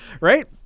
right